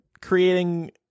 creating